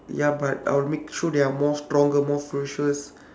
ya but I will make sure they are more stronger more ferocious